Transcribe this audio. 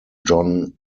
john